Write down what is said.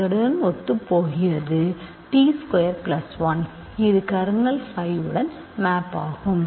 அதனுடன் ஒத்துப்போகிறது t square plus 1 இது கர்னல் phi உடன் மேப் ஆகும்